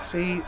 See